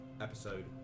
episode